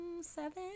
seven